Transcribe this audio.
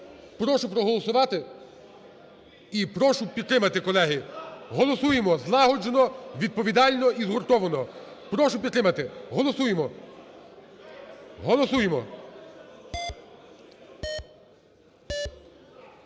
Прошу проголосувати і прошу підтримати, колеги. Голосуємо злагоджено, відповідально і згуртовано. Прошу підтримати, голосуємо, голосуємо.